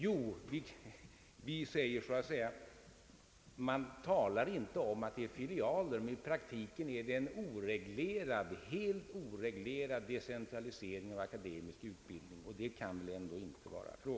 Jo, även om man i praktiken inte kallar detta för filialer, blir det i praktiken en helt oreglerad decentralisering av akademisk utbildning, och det kan vi väl ändå inte gå med på.